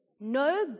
No